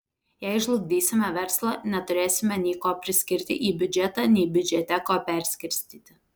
jei žlugdysime verslą neturėsime nei ko paskirti į biudžetą nei biudžete ko perskirstyti